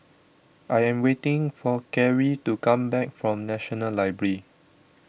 I am waiting for Kerry to come back from National Library